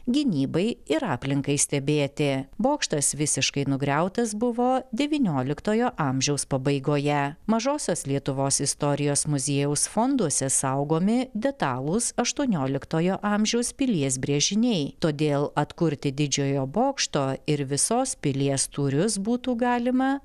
gynybai ir aplinkai stebėti bokštas visiškai nugriautas buvo devynioliktojo amžiaus pabaigoje mažosios lietuvos istorijos muziejaus fonduose saugomi detalūs aštuonioliktojo amžiaus pilies brėžiniai todėl atkurti didžiojo bokšto ir visos pilies tūrius būtų galima